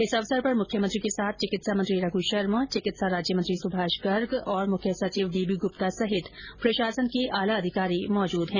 इस अवसर पर मुख्यमंत्री के साथ चिकित्सा मंत्री रघ् शर्मा चिकित्सा राज्यमंत्री सुभाष गर्ग और मुख्य सचिव डी बी गुप्ता सहित प्रशासन के आला अधिकारी मौजूद है